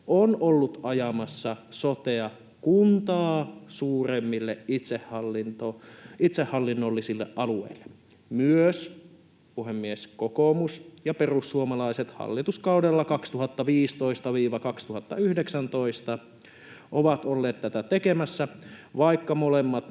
on ollut ajamassa sotea kuntaa suuremmille itsehallinnollisille alueille. Myös, puhemies, kokoomus ja perussuomalaiset hallituskaudella 2015—2019 ovat olleet tätä tekemässä, vaikka molemmat